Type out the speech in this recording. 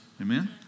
Amen